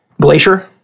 glacier